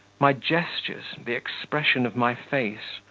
my gestures, the expression of my face,